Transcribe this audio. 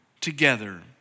together